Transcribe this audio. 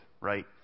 right